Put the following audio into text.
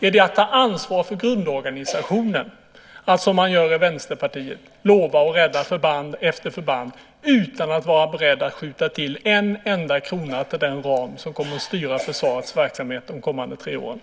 Är det att ta ansvar för grundorganisationen att som i Vänsterpartiet lova att rädda förband efter förband utan att vara beredd att skjuta till en enda krona för den ram som kommer att styra försvarets verksamhet de kommande tre åren?